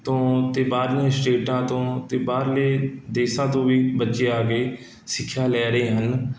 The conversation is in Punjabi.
ਤੋਂ ਅਤੇ ਬਾਹਰਲੀਆਂ ਸਟੇਟਾ ਤੋਂ ਅਤੇ ਬਾਹਰਲੇ ਦੇਸ਼ਾਂ ਤੋਂ ਵੀ ਬੱਚੇ ਆ ਕੇ ਸਿੱਖਿਆ ਲੈ ਰਹੇ ਹਨ